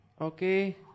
Okay